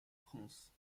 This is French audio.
france